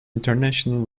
international